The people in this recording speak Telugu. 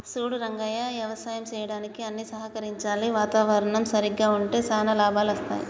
సూడు రంగయ్య యవసాయం సెయ్యడానికి అన్ని సహకరించాలి వాతావరణం సరిగ్గా ఉంటే శానా లాభాలు అస్తాయి